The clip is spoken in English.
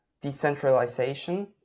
decentralization